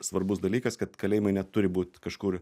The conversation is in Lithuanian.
svarbus dalykas kad kalėjimai neturi būt kažkur